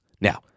Now